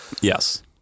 Yes